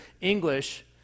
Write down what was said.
English